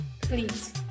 please